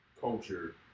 culture